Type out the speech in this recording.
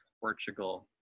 Portugal